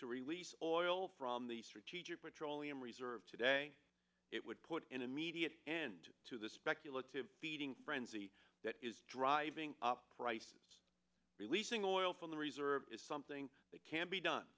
to release oil from the strategic petroleum reserve today it would put in an immediate end to the speculative feeding frenzy that is driving up prices releasing oil from the reserve is something that can be done